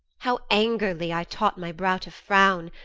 how angerly i taught my brow to frown,